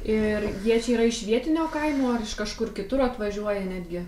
ir jie čia yra iš vietinio kaimo ar iš kažkur kitur atvažiuoja netgi